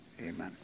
Amen